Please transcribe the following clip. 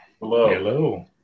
Hello